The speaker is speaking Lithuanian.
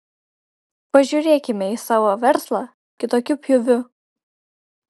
pažiūrėkime į savo verslą kitokiu pjūviu